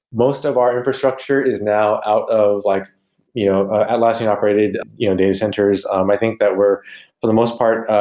most of our infrastructure is now out of like you know ah atlassian operated data centers. um i think that we're, for the most part,